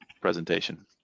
presentation